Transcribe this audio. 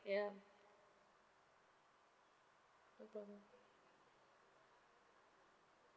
ya no problem